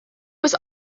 was